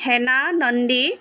Hena Nandi